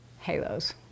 halos